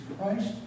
Christ